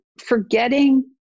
forgetting